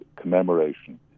commemoration